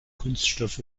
kunststoff